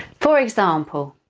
for example